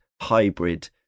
hybrid